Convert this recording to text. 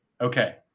Okay